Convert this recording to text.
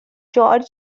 george